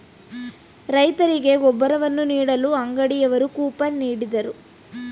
ರೈತರಿಗೆ ಗೊಬ್ಬರವನ್ನು ನೀಡಲು ಅಂಗಡಿಯವರು ಕೂಪನ್ ನೀಡಿದರು